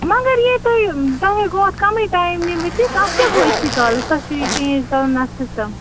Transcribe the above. مگر یے تۄہہِ تۄہے گوو اتھ کمۓ ٹایِم نِمتٕس تتھ کیٛاہ گوویِتِسٔے کالس تتھ چھُو یہِ چینج کرُن اتھ سِسٹَم